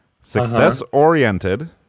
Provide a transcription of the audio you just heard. success-oriented